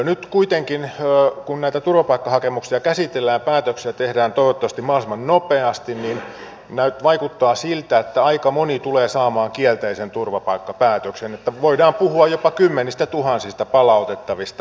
nyt kuitenkin kun näitä turvapaikkahakemuksia käsitellään ja päätöksiä tehdään toivottavasti mahdollisimman nopeasti vaikuttaa siltä että aika moni tulee saamaan kielteisen turvapaikkapäätöksen niin että voidaan puhua jopa kymmenistätuhansista palautettavista